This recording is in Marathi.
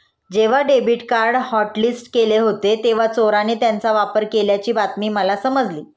जेव्हा डेबिट कार्ड हॉटलिस्ट केले होते तेव्हा चोराने त्याचा वापर केल्याची बातमी मला समजली